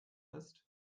ist